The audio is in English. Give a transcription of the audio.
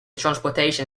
transportation